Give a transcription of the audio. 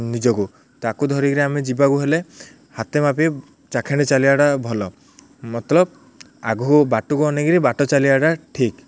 ନିଜକୁ ତା'କୁ ଧରିକିରି ଆମେ ଯିବାକୁ ହେଲେ ହାତ ମାପି ଚାଖଣ୍ଡେ ଚାଲିବାଟା ଭଲ ମତଲବ ଆଗକୁ ବାଟକୁ ଅନେଇକିରି ବାଟ ଚାଲିବାଟା ଠିକ୍